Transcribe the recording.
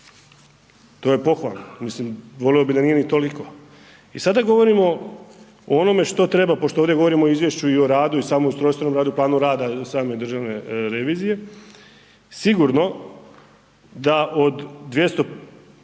To je pohvalno, mislim volio bih da nije ni toliko. I sada govorimo o onome što treba, pošto ovdje govorimo o izvješću i o radu i samom ustrojstvenom radu, planu rada same državne revizije sigurno da od